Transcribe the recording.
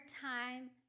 time